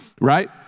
right